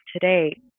today